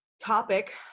topic